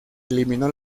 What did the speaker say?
eliminó